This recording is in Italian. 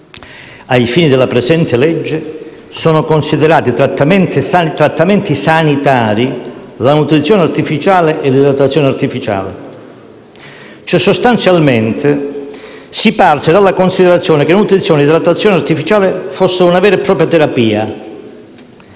«Ai fini della presente legge, sono considerati trattamenti sanitari la nutrizione artificiale e l'idratazione artificiale». Sostanzialmente si parte dalla considerazione che nutrizione e idratazione artificiale siano una vera e propria terapia